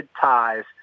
ties